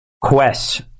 quest